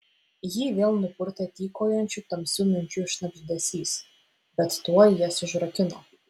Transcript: jį vėl nupurtė tykojančių tamsių minčių šnabždesys bet tuoj jas užrakino